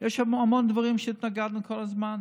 יש המון דברים שהתנגדנו להם כל הזמן.